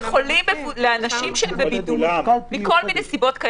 לאנשים שהם בבידוד מכל מיני סיבות,